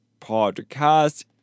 Podcast